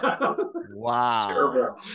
Wow